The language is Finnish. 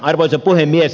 arvoisa puhemies